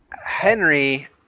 Henry